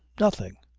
nothing.